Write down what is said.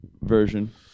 version